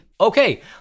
Okay